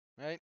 right